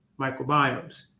microbiomes